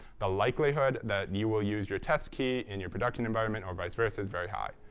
the likelihood that you will use your test key in your production environment or vice versa is very high.